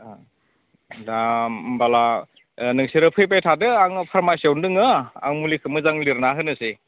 दा होनब्ला नोंसोरो फैबाय थादो आं फारमासिआवनो दङ आं मुलिखो मोजां लिरना होनोसै